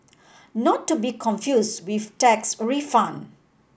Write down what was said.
not to be confused with tax refund